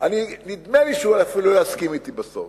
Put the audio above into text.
נדמה לי שהוא אפילו יסכים אתי בסוף,